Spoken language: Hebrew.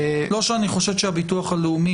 לא שאני חושד שהביטוח הלאומי,